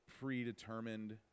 predetermined